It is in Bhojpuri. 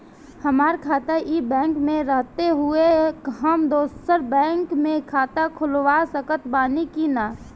हमार खाता ई बैंक मे रहते हुये हम दोसर बैंक मे खाता खुलवा सकत बानी की ना?